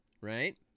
Right